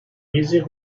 easy